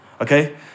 Okay